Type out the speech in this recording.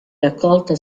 raccolta